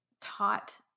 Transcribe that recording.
taught